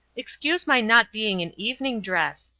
excuse my not being in evening dress,